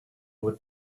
would